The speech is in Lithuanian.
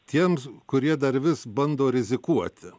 tiems kurie dar vis bando rizikuoti